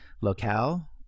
locale